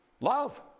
Love